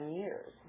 years